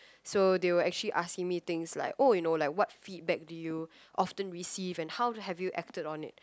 so they were actually asking me things like oh you know like what feedback do you often receive and how have you acted on it